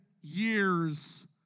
years